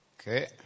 Okay